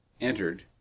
entered